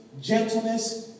gentleness